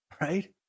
Right